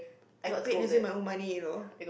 I paid using my own money you know